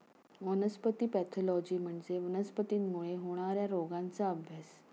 वनस्पती पॅथॉलॉजी म्हणजे वनस्पतींमुळे होणार्या रोगांचा अभ्यास